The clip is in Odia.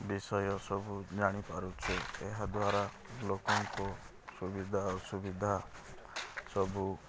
ବିଷୟ ସବୁ ଜାଣିପାରୁଛୁ ଏହା ଦ୍ୱାରା ଲୋକଙ୍କ ସୁବିଧା ଅସୁବିଧା ସବୁ